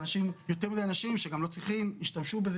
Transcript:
ויותר מדיי אנשים שגם לא צריכים השתמשו בזה,